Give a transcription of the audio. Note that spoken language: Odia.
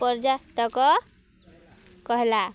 ପର୍ଯ୍ୟଟକ କହଲା